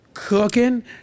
Cooking